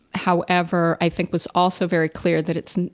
however, i think was also very clear that it's,